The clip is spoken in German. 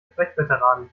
sprecherveteranen